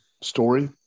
story